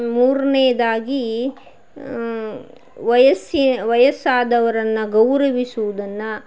ಮೂರನೇದಾಗಿ ವಯಸ್ಸಿ ವಯಸ್ಸಾದವರನ್ನು ಗೌರವಿಸುವುದನ್ನು